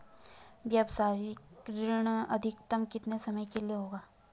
व्यावसायिक ऋण अधिकतम कितने समय के लिए होगा?